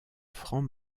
franc